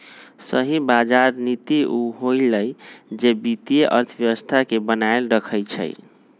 सही बजार नीति उ होअलई जे वित्तीय अर्थव्यवस्था के बनाएल रखई छई